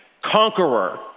Conqueror